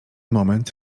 moment